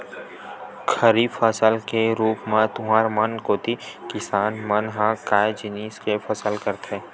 खरीफ फसल के रुप म तुँहर मन कोती किसान मन ह काय जिनिस के फसल लेथे?